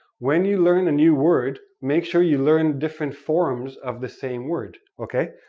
when you learn a new word, make sure you learn different forms of the same word, okay?